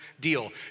deal